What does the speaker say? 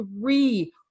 three